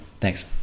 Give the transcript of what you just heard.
thanks